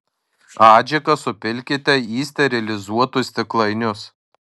adžiką supilkite į sterilizuotus stiklainius